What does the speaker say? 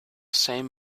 same